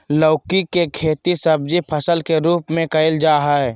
लौकी के खेती सब्जी फसल के रूप में कइल जाय हइ